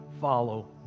follow